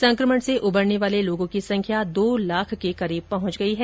संक्रमण से उबरने वाले लोगों की संख्या दो लाख के करीब पहुंच गई है